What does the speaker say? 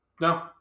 No